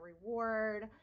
reward